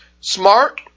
smart